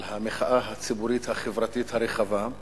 על המחאה הציבורית-החברתית הרחבה,